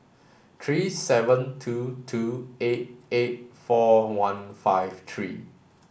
three seven two two eight eight four one five three